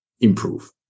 improve